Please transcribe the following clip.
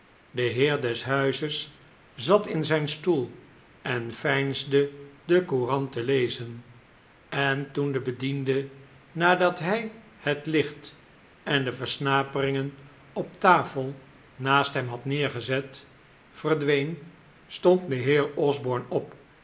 de heer des huizes zat in zijn stoel en veinsde de courant te lezen en toen de bediende nadat hij het licht en de versnaperingen op tafel naast hem had neergezet verdween stond de heer osborne op